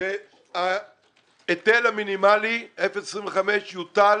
שההיטל המינימלי 0.25% יוטל